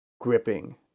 gripping